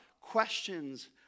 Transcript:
questions